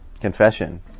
Confession